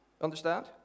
Understand